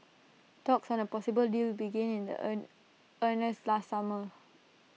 talks on A possible deal began in the earn earnest last summer